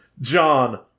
John